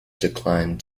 declined